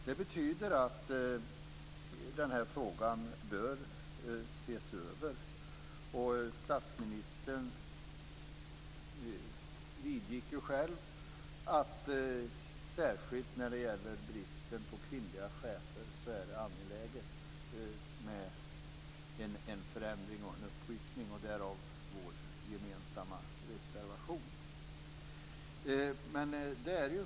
Det betyder att den här frågan bör ses över. Statsministern vidgick ju själv att särskilt när det gäller bristen på kvinnliga chefer är det angeläget med en förändring och en uppryckning. Därav vår gemensamma reservation.